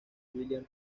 william